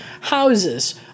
houses